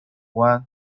有关